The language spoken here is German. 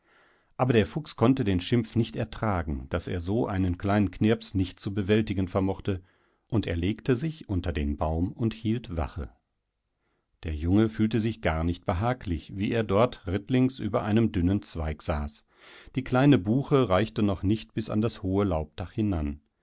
aber der fuchs konnte den schimpf nicht ertragen daß er so einen kleinen knirpsnichtzubewältigenvermochte underlegtesichunterdenbaumund hieltwache der junge fühlte sich gar nicht behaglich wie er dort rittlings über einem dünnen zweig saß die kleine buche reichte noch nicht bis an das hohe laubdachhinan